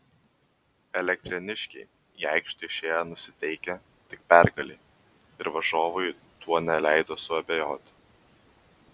elektrėniškiai į aikštę išėjo nusiteikę tik pergalei ir varžovui tuo neleido suabejoti